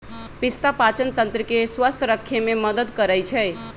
पिस्ता पाचनतंत्र के स्वस्थ रखे में मदद करई छई